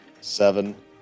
seven